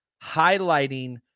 highlighting